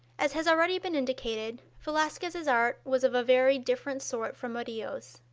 as has already been indicated, velazquez's art was of a very different sort from murillo's.